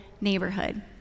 neighborhood